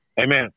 Amen